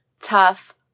tough